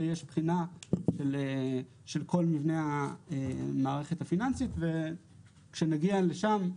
יש בחינה של כל מבנה המערכת הפיננסית וכשנגיע לשם,